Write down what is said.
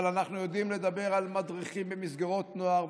אבל אנחנו יודעים לדבר על מדריכים במסגרות נוער,